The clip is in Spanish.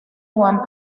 juan